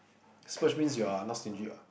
splurge means you're not stingy what